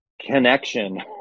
Connection